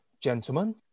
gentlemen